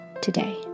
today